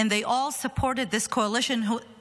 and they all supported this coalition which,